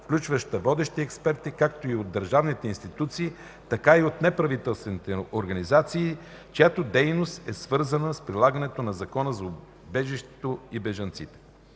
включваща водещи експерти както от държавните институции, така и от неправителствените организации, чиято дейност е свързана с прилагането на Закона за убежището и бежанците.